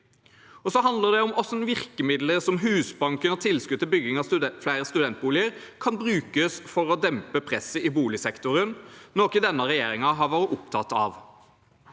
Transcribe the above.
Det handler også om hvordan virkemidler, slik som Husbanken og tilskudd til bygging av flere studentboliger, kan brukes for å dempe presset i boligsektoren, noe denne regjeringen har vært opptatt av.